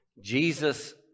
Jesus